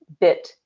bit